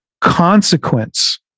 Consequence